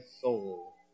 soul